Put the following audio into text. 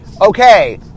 Okay